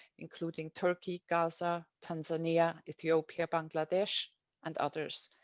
including turkey, gaza, tanzania, ethiopia, bangladesh and others.